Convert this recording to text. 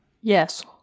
Yes